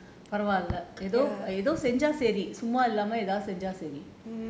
பரவாயில்ல எதாவது செஞ்சா சரி சும்மா இல்லாம எதாவது செஞ்சா சரி:paravailla ethavathu senja sari summa illama ethavthu senja